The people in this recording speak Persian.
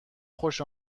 خوش